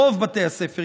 ברוב בתי הספר,